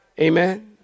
Amen